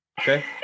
okay